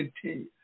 continue